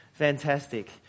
Fantastic